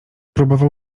próbował